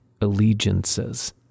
allegiances